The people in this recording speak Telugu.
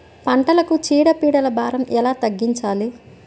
పంటలకు చీడ పీడల భారం ఎలా తగ్గించాలి?